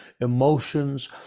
emotions